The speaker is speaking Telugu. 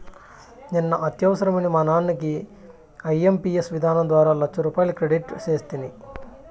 నిన్న అత్యవసరమని మా నాన్నకి ఐఎంపియస్ విధానం ద్వారా లచ్చరూపాయలు క్రెడిట్ సేస్తిని